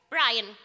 Brian